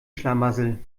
schlamassel